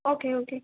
okay okay